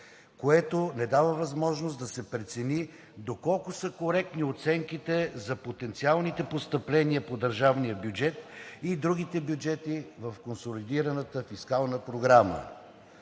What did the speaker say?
което не дава възможност да се прецени доколко са коректни оценките за потенциалните постъпления по държавния бюджет и другите бюджети в консолидираната фискална програма.